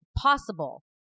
possible